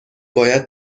باید